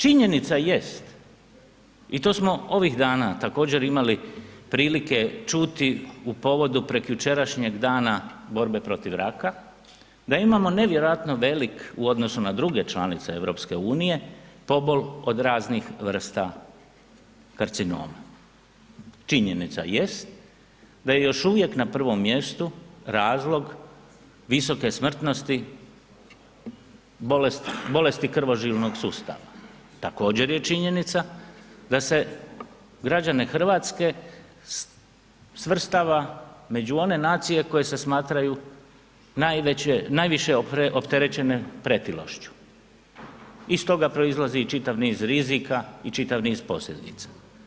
Činjenica jest i to smo ovih dana također imali prilike čuti u povodu prekjučerašnjeg Dana borbe protiv raka da imamo nevjerojatno velik u odnosu na druge članice EU pobol od raznih vrsta karcinoma, činjenica jest da je još uvijek na prvom mjestu razlog visoke smrtnosti bolesti krvožilnog sustava, također je činjenica da se građane Hrvatske svrstava među one nacije koje se smatraju najviše opterećene pretilošću i iz toga proizlazi čitav niz rizika i čitav niz posljedica.